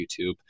YouTube